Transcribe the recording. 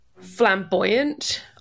flamboyant